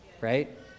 right